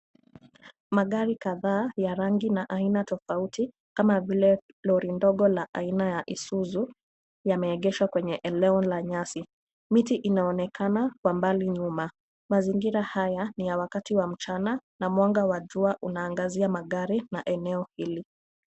Magari kadhaa ya rangi na aina tofauti kama vile lori ndogo la aina ya Isuzu, yameegeshwa kwenye eneo la nyasi. Miti inaonekana kwa mbali nyuma. Mazingira haya ni ya wakati wa mchana na mwanga wa jua unaangazia magari na eneo hili.